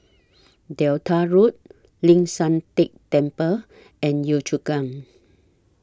Delta Road Ling San Teng Temple and Yio Chu Kang